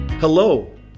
Hello